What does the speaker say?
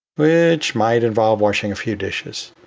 which might involve washing a few dishes.